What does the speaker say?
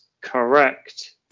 Correct